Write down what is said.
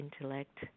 intellect